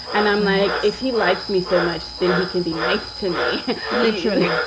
and i'm like, if he likes me so much, then he can be nice to me literally.